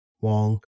Wong